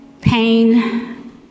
pain